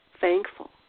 thankful